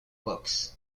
books